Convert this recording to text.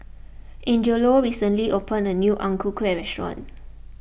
Angelo recently opened a new Ang Ku Kueh restaurant